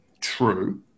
true